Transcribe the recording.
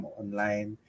online